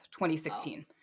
2016